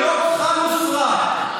ללא כחל ושרק,